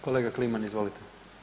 Kolega Kliman, izvolite.